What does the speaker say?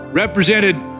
represented